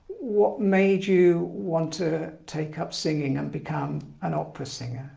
what made you want to take up singing and become an opera singer?